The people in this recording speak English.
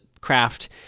craft